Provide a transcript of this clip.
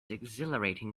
exhilarating